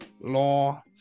law